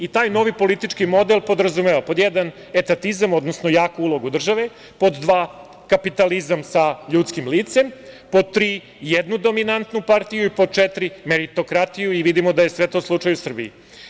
Taj novi politički model podrazumeva, pod 1 – etatizam, odnosno jaku ulogu države, pod 2 – kapitalizam sa ljudskim licem, pod 3 – jednu dominantnu partiju i pod 4 – meritorkratiju, i vidimo da je sve to slučaj u Srbiji.